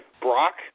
Brock